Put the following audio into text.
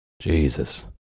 Jesus